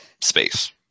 space